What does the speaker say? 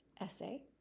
essay